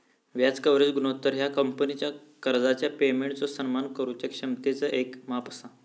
व्याज कव्हरेज गुणोत्तर ह्या कंपनीचा कर्जाच्या पेमेंटचो सन्मान करुचा क्षमतेचा येक माप असा